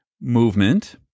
movement